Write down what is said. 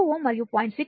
2 Ω మరియు 0